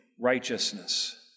righteousness